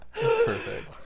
Perfect